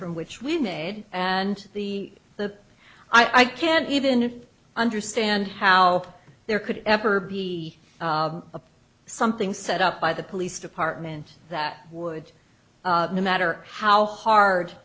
from which we made and the the i can't even understand how there could ever be a something set up by the police department that would matter how hard